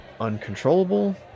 uncontrollable